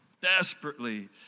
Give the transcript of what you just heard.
Desperately